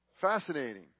Fascinating